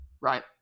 right